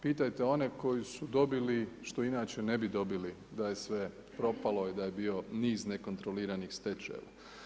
Pitajte one koji su dobili, što inače ne bi dobili, da je sve propalo i da je bio niz nekontroliranih stečajeva.